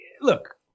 look